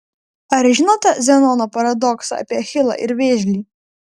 ar žinote zenono paradoksą apie achilą ir vėžlį